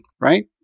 right